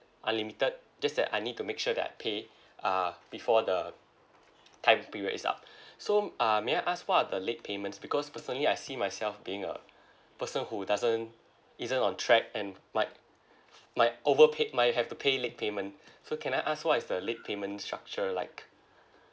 unlimited just that I need to make sure that I pay uh before the time period is up so uh may I ask what are the late payment because personally I see myself being a person who doesn't either on track and might might over paid might have to pay late payment so can I ask what is the late payment structure like